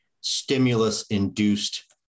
stimulus-induced